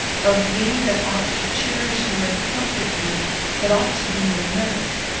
of me, that ought to cherish you and comfort you that ought to be your nurse.